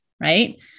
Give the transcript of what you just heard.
right